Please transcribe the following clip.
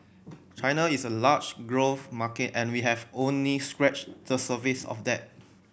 China is a large growth market and we have only scratched the surface of that